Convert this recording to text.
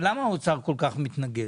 למה האוצר כל כך מתנגד?